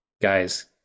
Guys